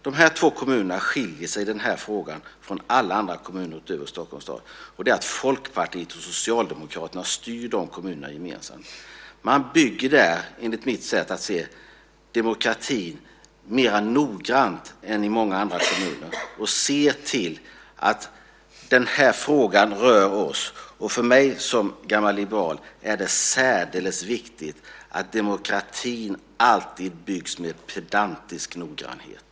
De här två kommunerna skiljer sig i den här frågan från alla andra kommuner utöver Stockholms stad genom att Folkpartiet och Socialdemokraterna gemensamt styr i de kommunerna. Där bygger man, enligt mitt sätt att se det, demokratin mer noggrant än i många andra kommuner. För mig som gammal liberal är det särdeles viktigt att demokratin alltid byggs med pedantisk noggrannhet.